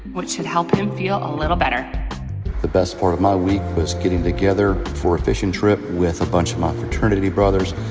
which should help him feel a little better the best part of my week was getting together for a fishing trip with a bunch of my fraternity brothers,